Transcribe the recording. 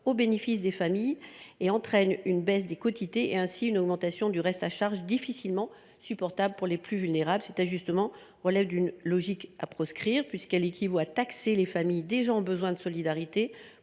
bénéficiant aux familles. Elle entraîne une baisse des quotités, donc une hausse du reste à charge difficilement supportable pour les plus vulnérables. Cet ajustement procède d’une logique à proscrire, puisqu’il équivaut à taxer des familles qui ont besoin de solidarité